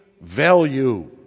value